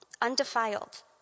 undefiled